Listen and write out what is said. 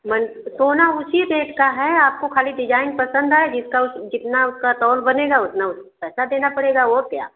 मन सोना उसी रेट का है आपको ख़ाली डिजाईन पसंद आए जिसका उस जितना उसका तोल बनेगा उतना उस पैसा देना पड़ेगा और क्या